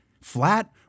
flat